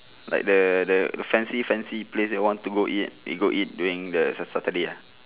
like the the fancy fancy place that want to go eat we go eat during the sat~ saturday ah